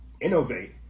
innovate